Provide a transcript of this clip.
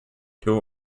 two